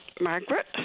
Margaret